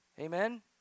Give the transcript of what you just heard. Amen